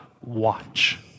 watch